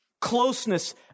Closeness